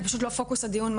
זה פשוט לא פוקוס הדיון,